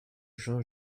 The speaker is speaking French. jean